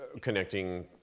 connecting